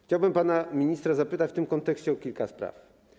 Chciałbym pana ministra zapytać w tym kontekście o kilka spraw.